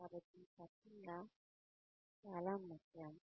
కాబట్టి ఈ చక్రం చాలా ముఖ్యం